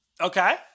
okay